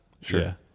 Sure